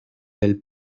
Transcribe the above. del